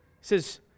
says